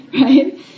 right